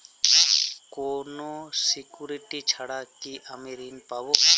কোনো সিকুরিটি ছাড়া কি আমি ঋণ পাবো?